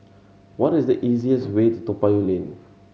what is the easiest way to Toa Payoh Lane